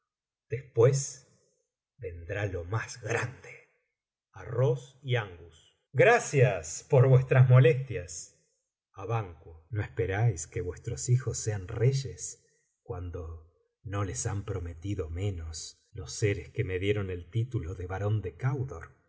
después vendrá lo más grande aross y angus gracías por vuestras molestias a banquo no esperaís que vuestros hijos acto primero escena iii sean reyes cuando no les han prometido menos los seres que me dieron el título de barón de candor